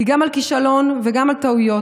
גם על כישלון וגם על טעויות,